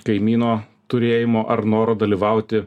kaimyno turėjimo ar noro dalyvauti